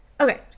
okay